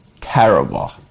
terrible